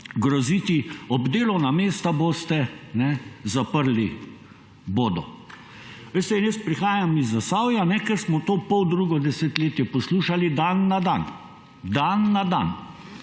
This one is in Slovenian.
groziti: ob delovna mesta boste, zaprli bodo. Veste, jaz prihajam iz Zasavja, kjer smo to poldrugo desetletje poslušali dan na dan, dan na dan.